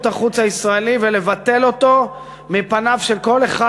החוץ הישראלי ולבטל אותו מפניו של כל אחד,